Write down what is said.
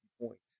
points